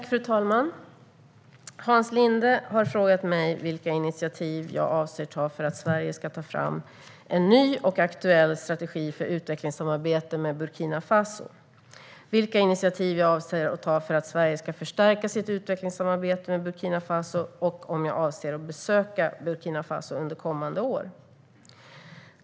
Fru talman! Hans Linde har frågat mig vilka initiativ jag avser att ta för att Sverige ska ta fram en ny och aktuell strategi för utvecklingssamarbete med Burkina Faso, vilka initiativ jag avser att ta för att Sverige ska förstärka sitt utvecklingssamarbete med Burkina Faso och om jag avser att besöka Burkina Faso under kommande år.